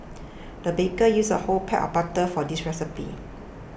the baker used a whole block of butter for this recipe